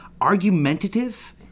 argumentative